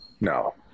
No